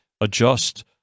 adjust